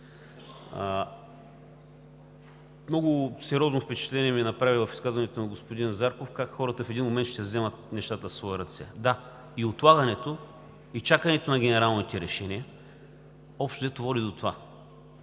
Много сериозно впечатление ми направи в изказването на господин Зарков как хората в един момент ще вземат нещата в свои ръце. Да, и отлагането, и чакането на генералните решения общо взето води до това.